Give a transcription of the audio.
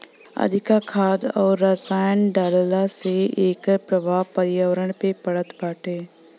अधिका खाद अउरी रसायन डालला से एकर प्रभाव पर्यावरण पे पड़त बाटे